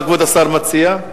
מה כבוד השר מציע?